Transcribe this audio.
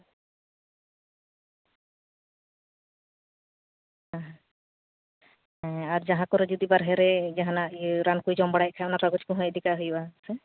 ᱦᱮᱸ ᱦᱮᱸ ᱟᱨ ᱡᱟᱦᱟᱸ ᱠᱚᱨᱮ ᱡᱩᱫᱤ ᱵᱟᱨᱦᱮ ᱨᱮ ᱡᱟᱦᱟᱱᱟᱜ ᱜᱮ ᱨᱟᱱ ᱠᱚᱭ ᱡᱚᱢ ᱵᱟᱲᱟᱭᱮᱫ ᱠᱷᱟᱱ ᱚᱱᱟ ᱠᱟᱜᱚᱡᱽ ᱠᱚᱦᱚᱸ ᱤᱫᱤ ᱠᱟᱜ ᱦᱩᱭᱩᱜᱼᱟ